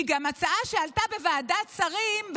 היא גם הצעה שעלתה בוועדת שרים,